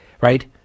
right